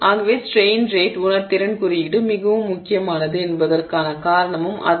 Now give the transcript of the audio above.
ஆகவே strain rate உணர்திறன் குறியீடு மிகவும் முக்கியமானது என்பதற்கான காரணமும் அதனால்தான் 0